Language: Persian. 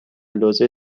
لوزه